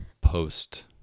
post